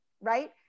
right